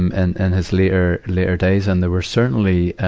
and and his later, later days. and there were certainly,